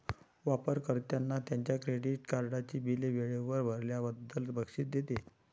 वापर कर्त्यांना त्यांच्या क्रेडिट कार्डची बिले वेळेवर भरल्याबद्दल बक्षीस देते